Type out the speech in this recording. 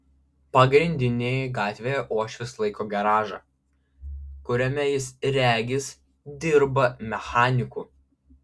pagrindinėje gatvėje uošvis laiko garažą kuriame jis regis dirba mechaniku